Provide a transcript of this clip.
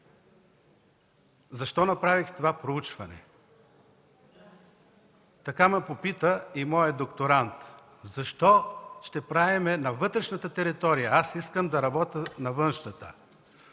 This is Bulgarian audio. Защо направих това проучване? Така ме попита и моят докторант: защо ще правим това на вътрешната територия, аз искам да работя на външната.